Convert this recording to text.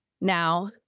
Now